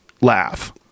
laugh